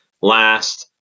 last